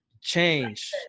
change